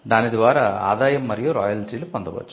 దాని ద్వారా ఆదాయం మరియు రాయల్టీలు పొందవచ్చు